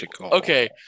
Okay